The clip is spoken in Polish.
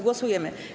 Głosujemy.